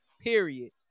Period